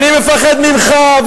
אני מפחד ממך.